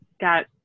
got –